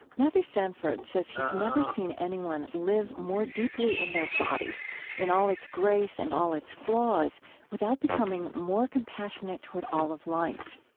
matthew sanford says he's never seen anyone live more deeply in their body in all its grace and all its flaws without becoming more compassionate toward all of life.